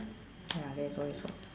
ya very